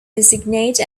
designate